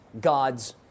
God's